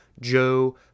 Joe